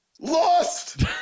lost